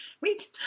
wait